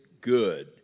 good